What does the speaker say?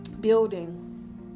building